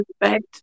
respect